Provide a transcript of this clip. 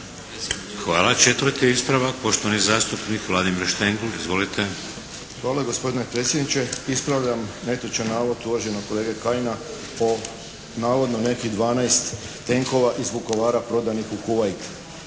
Hvala. Četvrti ispravak poštovani zastupnik Vladimir Štengl. Izvolite. **Štengl, Vladimir (HDZ)** Hvala gospodine predsjedniče ispravljam netočan navod uvaženog kolege Kajina o navodno nekih 12 tenkova iz Vukovara prodanih u Kuvajt.